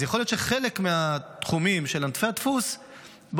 אז יכול להיות שחלק מהתחומים של ענפי הדפוס באופן